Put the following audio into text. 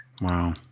Wow